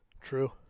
True